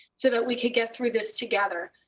so that we can get through this together.